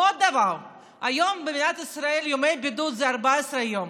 ועוד דבר, היום במדינת ישראל ימי בידוד זה 14 יום.